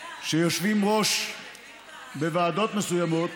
שיושבים בראש ועדות מסוימות,